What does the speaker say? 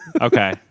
Okay